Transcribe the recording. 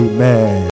Amen